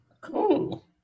Cool